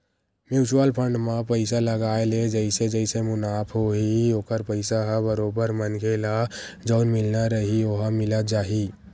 mutual fund म पइसा लगाय ले जइसे जइसे मुनाफ होही ओखर पइसा ह बरोबर मनखे ल जउन मिलना रइही ओहा मिलत जाही